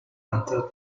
after